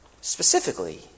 specifically